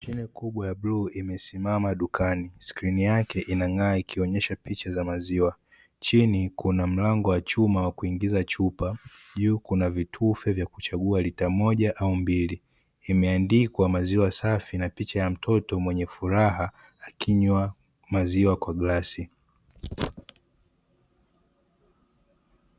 Friji kubwa ya bluu imesimama dukani skrini yake inang'aa ikioneshe picha za maziwa, chini kuna mlango wa chuma wa kuingiza chupa, juu vitufe vya kuchagua lita moja au mbili, imeandikwa maziwa safi na picha ya mtoto mwenye furaha akinywa maziwa kwa glasi.